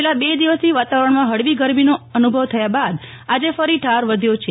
છેલ્લા બે દિવસથી વાતાવરણમાં ફળવી ગરમીનો અનુભવ થયા બાદ આજે ફરી ઠાર વધ્યો છે